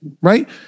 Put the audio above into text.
right